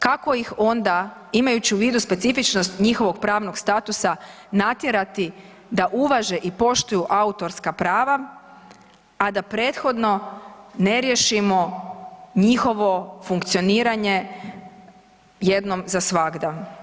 Kako ih onda, imajući u vidu specifičnost njihovog pravnog statusa, natjerati da uvaže i poštuju autorska prava, a da prethodno ne riješimo njihovo funkcioniranje jednom za svagda.